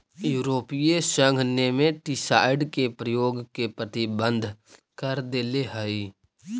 यूरोपीय संघ नेमेटीसाइड के प्रयोग के प्रतिबंधित कर देले हई